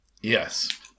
Yes